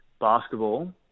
basketball